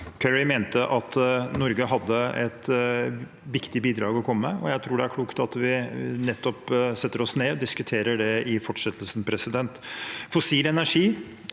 Kerry at Norge hadde et viktig bidrag å komme med, og jeg tror det er klokt at vi setter oss ned og diskuterer det i fortsettelsen. Hvis fossil energi